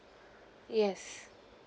yes